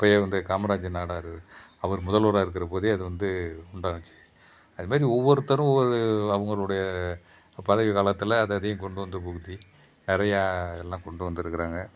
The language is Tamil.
அப்பயே வந்து காமராஜர் நாடார் அவர் முதல்வராக இருக்கிற போதே அது வந்து உண்டாச்சி அதுமாதிரி ஒவ்வொருத்தரும் ஒவ்வொரு அவங்களுடைய பதவி காலத்தில் அதை அதையும் கொண்டு வந்து புகுத்தி நிறையா எல்லாம் கொண்டு வந்திருக்குறாங்க